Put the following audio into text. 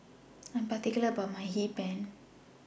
I Am particular about My Hee Pan